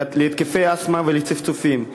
להתקפי אסתמה ולצפצופים,